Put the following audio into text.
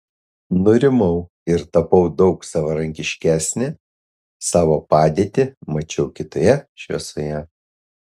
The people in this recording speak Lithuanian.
nurimau ir tapau daug savarankiškesnė savo padėtį mačiau kitoje šviesoje